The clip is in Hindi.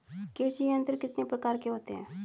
कृषि यंत्र कितने प्रकार के होते हैं?